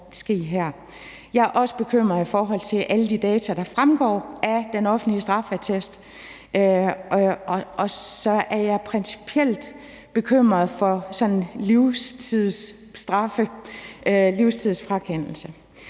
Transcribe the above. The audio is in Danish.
Jeg er også bekymret i forhold til alle de data, der fremgår af den offentlige straffeattest, og jeg er jeg principiel bekymret for sådan livstidsfrakendelse.